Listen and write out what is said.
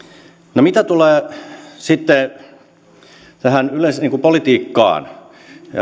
mitä tulee sitten yleensä tähän politiikkaan